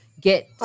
get